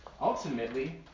Ultimately